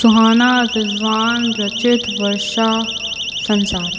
सुहाना रिज़वान रचित वर्षा संसार